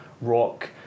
rock